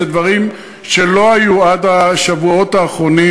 ואלה דברים שלא היו עד השבועות האחרונים.